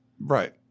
Right